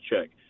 check